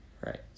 right